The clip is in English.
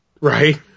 Right